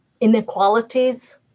inequalities